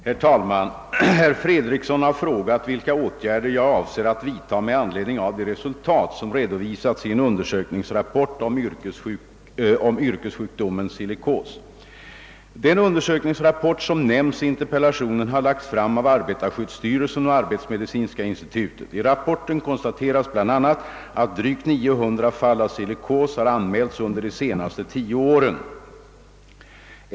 Herr talman! Herr Fredriksson har frågat vilka åtgärder jag avser att vidta med anledning av de resultat som redovisats i en undersökningsrapport om yrkessjukdomen silikos. Den undersökningsrapport som nämnts i interpellation har lagts fram av arbetarskyddsstyrelsen och arbetsmedicinska institutet. I rapporten konstateras bl.a. att drygt 900 fall av silikos har anmälts under de senaste tio åren.